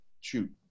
shoot